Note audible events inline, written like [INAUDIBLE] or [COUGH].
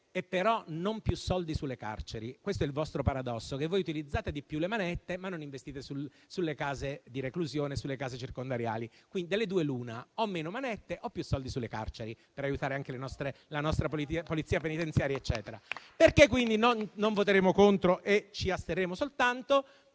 ma non più soldi sulle carceri. Questo è il vostro paradosso: utilizzate di più le manette, ma non investite sulle case di reclusione e sulle case circondariali. Delle due l'una: o meno manette o più soldi sulle carceri, per aiutare anche la nostra Polizia penitenziaria. [APPLAUSE] Perché non voteremo contro e ci asterremo soltanto?